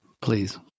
Please